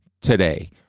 today